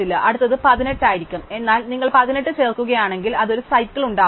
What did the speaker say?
അടുത്തത് 18 ആയിരിക്കും എന്നാൽ നിങ്ങൾ 18 ചേർക്കുകയാണെങ്കിൽ അത് ഒരു സൈക്കിൾ ഉണ്ടാക്കും